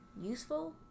useful